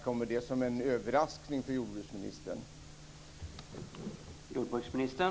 Kommer detta som en övverraskning för jordbruksministern?